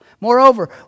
Moreover